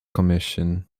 commission